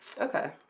Okay